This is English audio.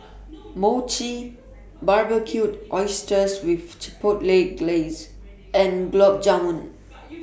Mochi Barbecued Oysters with Chipotle Glaze and Gulab Jamun